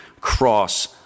cross